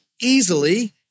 easily